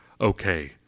Okay